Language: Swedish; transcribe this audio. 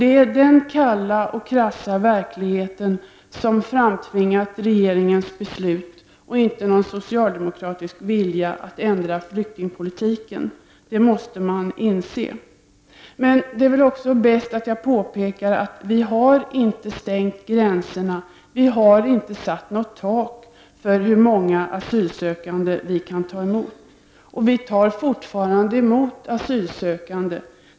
Det är denna kalla och krassa verklighet som har framtvingat regeringens beslut, och inte någon socialdemokratisk vilja att ändra flyktingpolitiken. Det måste man inse. Jag vill dock påpeka att vi inte har stängt gränserna. Vi har inte satt något tak för hur många asylsökande vi kan ta emot, och vi tar fortfarande emot asylsökande.